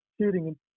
shooting